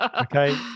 okay